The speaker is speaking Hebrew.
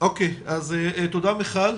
תודה מיכל.